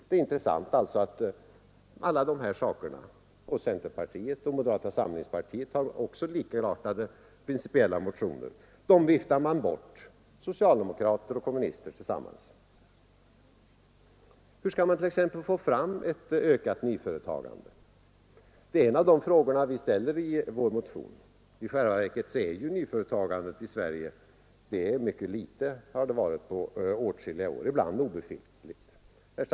Det är intressant att alla de här sakerna — centerpartiet och moderata samlingspartiet har likartade principiella motioner — viftas bort av socialdemokrater och kommunister tillsammans. Hur skall man då få fram ett ökat nyföretagande? Det är en av de frågor vi ställer i vår motion. I själva verket har nyföretagandet i Sverige varit mycket obetydligt under åtskilliga år, ibland t.o.m. obefintligt.